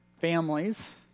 families